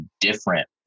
different